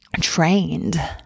trained